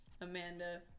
Amanda